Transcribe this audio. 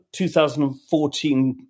2014